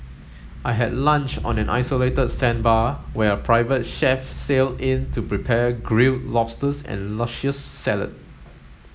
I had lunch on an isolated sandbar where a private chef sailed in to prepare grilled lobsters and luscious salad